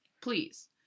Please